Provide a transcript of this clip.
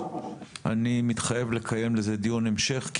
אני מתחייב לקיים לזה דיון המשך כי